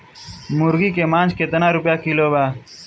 मुर्गी के मांस केतना रुपया किलो बा?